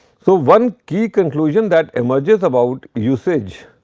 so, one key conclusion that emerges about usage.